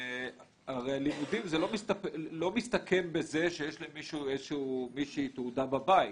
הרי לימודים לא מסתכם בזה שיש למישהו או למישהי תעודה בבית.